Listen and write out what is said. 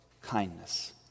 kindness